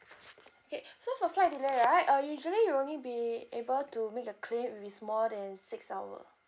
okay so for flight delay right uh usually you'll only be able to make the claim if it's more than six hour